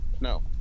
no